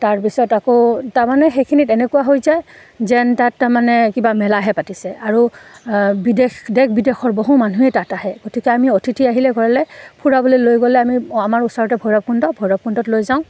তাৰপিছত আকৌ তাৰমানে সেইখিনিত এনেকুৱা হৈ যায় যেন তাত তাৰমানে কিবা মেলাহে পাতিছে আৰু বিদেশ দেশ বিদেশৰ বহু মানুহে তাত আহে গতিকে আমি অতিথি আহিলে ঘৰলৈ ফুৰাবলৈ লৈ গ'লে আমি আমাৰ ওচৰতে ভৈৰৱকুণ্ড ভৈৰৱকুণ্ডত লৈ যাওঁ